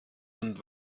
und